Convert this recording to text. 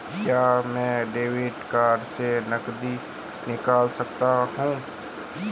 क्या मैं credit card से नकद निकाल सकता हूँ?